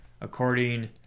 according